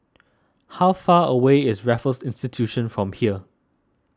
how far away is Raffles Institution from here